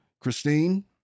Christine